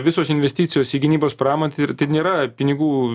visos investicijos į gynybos pramonę tai ir nėra pinigų